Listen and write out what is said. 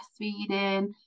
breastfeeding